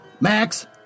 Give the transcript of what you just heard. Max